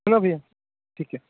है ना भइया ठीक है